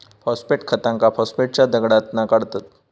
phosphate खतांका फॉस्फेटच्या दगडातना काढतत